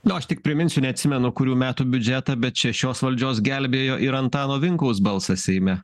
na aš tik priminsiu neatsimenu kurių metų biudžetą bet čia šios valdžios gelbėjo ir antano vinkaus balsas seime